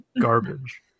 garbage